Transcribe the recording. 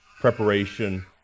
preparation